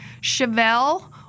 Chevelle